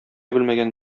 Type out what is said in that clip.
белмәгән